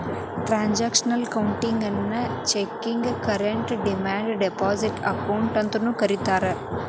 transactional ಅಕೌಂಟಿಗಿ checking current demand deposit account ಅಂತಾನೂ ಕರಿತಾರಾ